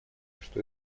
что